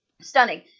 Stunning